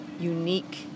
unique